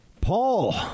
Paul